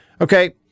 Okay